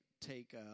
take